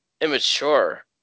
immature